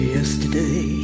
yesterday